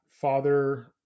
father